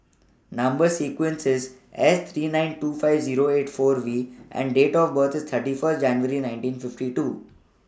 Number sequence IS S three nine two five Zero eight four V and Date of birth IS thirty First January nineteen fifty two